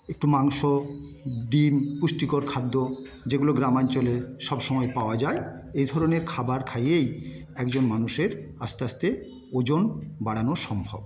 একটু মাংস ডিম পুষ্টিকর খাদ্য যেগুলো গ্রামাঞ্চলে সবসময় পাওয়া যায় এই ধরনের খাবার খাইয়েই একজন মানুষের আস্তে আস্তে ওজন বাড়ানো সম্ভব